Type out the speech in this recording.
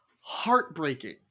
heartbreaking